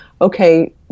okay